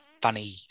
funny